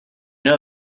know